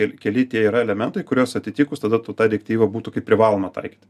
ir keli tie yra elementai kuriuos atitikus tada tau ta direktyva būtų kaip privaloma taikyt